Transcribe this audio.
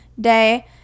day